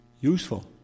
useful